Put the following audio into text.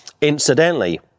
incidentally